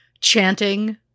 chanting